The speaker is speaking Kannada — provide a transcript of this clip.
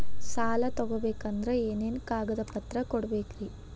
ಸಾಲ ತೊಗೋಬೇಕಂದ್ರ ಏನೇನ್ ಕಾಗದಪತ್ರ ಕೊಡಬೇಕ್ರಿ?